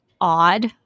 odd